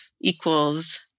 equals